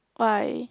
why